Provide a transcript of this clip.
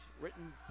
written